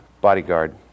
bodyguard